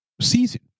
Season